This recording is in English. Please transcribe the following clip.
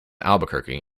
albuquerque